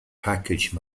package